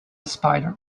spider